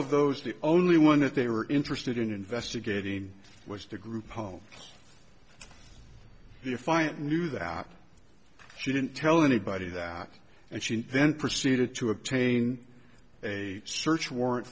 of those the only one that they were interested in investigating was the group home defiant knew that she didn't tell anybody that and she then proceeded to obtain a search warrant